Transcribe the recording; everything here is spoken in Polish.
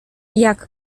jak